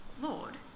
Lord